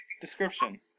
description